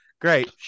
great